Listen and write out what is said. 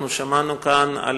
אנחנו שמענו כאן על